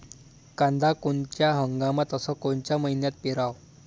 कांद्या कोनच्या हंगामात अस कोनच्या मईन्यात पेरावं?